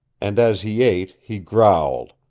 and as he ate he growled,